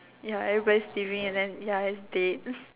ya everybody is leaving and then ya it's dead